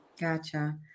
Gotcha